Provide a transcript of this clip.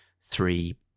three